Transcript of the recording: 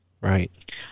Right